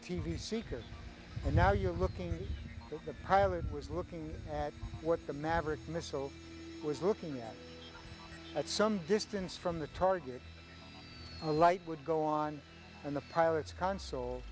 v seeker and now you're looking at the pilot was looking at what the maverick missile was looking at some distance from the target a light would go on and the pilot's console